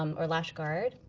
um or lash guard.